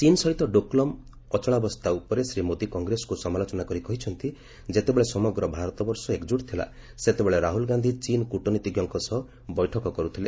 ଚୀନ୍ ସହିତ ଡୋକ୍ଲାମ୍ ଅଚଳାବସ୍ଥା ଉପରେ ଶ୍ରୀ ମୋଦି କଂଗ୍ରେସକୁ ସମାଲୋଚନା କରି କହିଛନ୍ତି ଯେତେବେଳେ ସମଗ୍ର ଭାରତବର୍ଷ ଏକଜୁଟ ଥିଲା ସେତେବେଳେ ରାହୁଳ ଗାନ୍ଧୀ ଚୀନ୍ କୁଟନୀତିଜ୍ଞଙ୍କ ସହ ବୈଠକ କରୁଥିଲେ